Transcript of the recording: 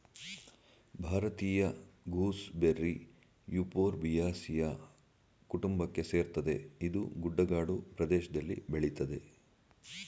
ಭಾರತೀಯ gooseberry Euphorbiaceae ಕುಟುಂಬಕ್ಕೆ ಸೇರ್ತದೆ ಇದು ಗುಡ್ಡಗಾಡು ಪ್ರದೇಷ್ದಲ್ಲಿ ಬೆಳಿತದೆ